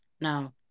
now